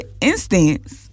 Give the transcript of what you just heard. instance